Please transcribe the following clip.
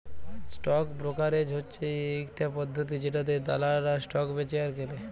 stock brokerage হচ্যে ইকটা পদ্ধতি জেটাতে দালালরা স্টক বেঁচে আর কেলে